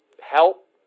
help